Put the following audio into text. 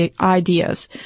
ideas